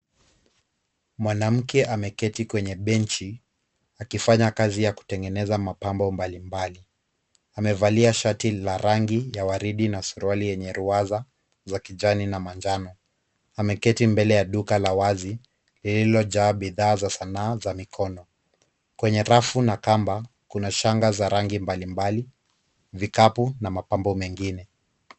Mwanamke ameketi kwenye benchi, akifanya kazi ya kutengeneza mapambo mbalimbali. Amevalia shati la rangi ya waridi na suruali yenye ruwaza, za kijani na manjano. Ameketi mbele ya duka la wazi, lililojaa bidhaa za sanaa za mikono. Kwenye rafu na kamba, kuna shanga za rangi mbalimbali, vikapu, na mapambo mengine.